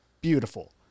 beautiful